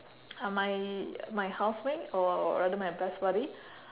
my my housemate or rather my best buddy